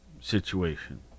situation